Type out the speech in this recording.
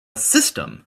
system